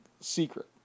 secret